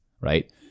right